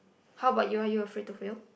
how about you are you afraid to fail